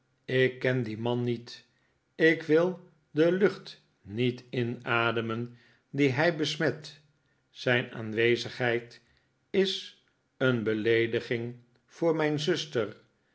ik ken dien man niet ik wil de lucht niet inademen die hij besmet zijn aanwezigheid is een beleediging voor mijn zuster